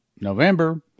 November